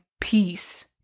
peace